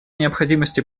необходимости